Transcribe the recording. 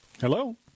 Hello